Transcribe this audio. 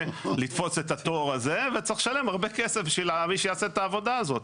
לתפוס את התור הזה וצריך לשלם הרבה כסף בשביל מי שיעשה את העבודה הזאת.